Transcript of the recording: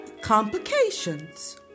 complications